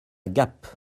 gap